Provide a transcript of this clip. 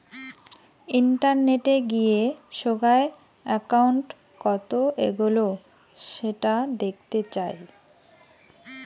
ইন্টারনেটে গিয়ে সোগায় একউন্ট কত এগোলো সেটা দেখতে যাই